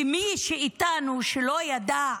ומי מאיתנו שלא ידע,